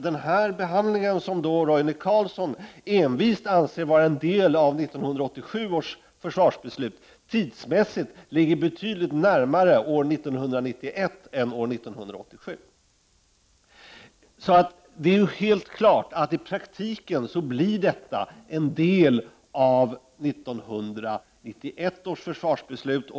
Den här behandlingen, som Roine Carlsson envist anser vara en del av 1987 års försvarsbeslut, ligger tidsmässigt betydligt närmare år 1991 än år 1987. Det är ju helt klart att i praktiken blir detta en del av 1991 års försvarsbeslut.